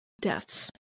deaths